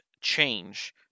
change